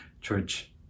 Church